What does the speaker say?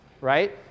right